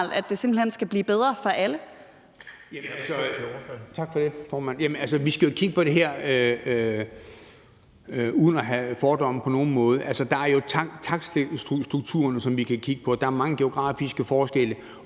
17:19 Peter Juel-Jensen (V): Tak for det, formand. Vi skal jo kigge på det her uden at have fordomme på nogen måde. Altså, der er jo takststrukturerne, som vi kan kigge på, og der er mange geografiske forskelle.